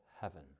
heaven